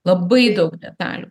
labai daug detalių